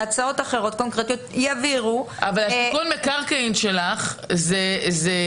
תיקון המקרקעין שלך זה גם בלי הפקעת הזכויות שלו,